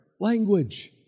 language